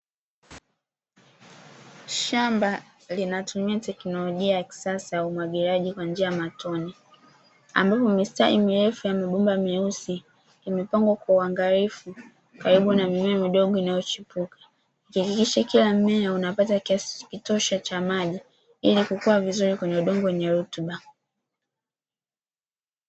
Shamba linatumia teknolojia ya kisasa ya umwagiliaji kwa njia ya matone. Ambapo mistari mirefu ya mabomba meusi imepangwa kwa uangalifu karibu na mimea midogo inayochipua. Ikihakikisha kila mmea unapata kiasi cha kutosha cha maji ili kukua vizuri kwenye udongo wenye rutuba.